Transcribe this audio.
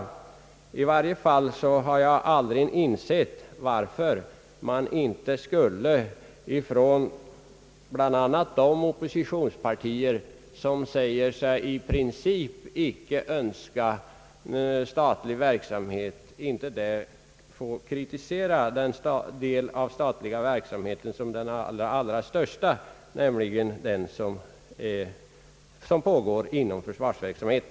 Jag har i varje fall aldrig kunnat inse varför man inom bl.a. de oppositionspartier, vilka säger sig i princip icke önska statlig verksamhet, inte får kritisera den del av den statliga verksamheten som är störst, nämligen den som pågår inom försvarets område.